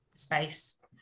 space